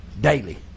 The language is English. daily